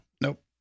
Nope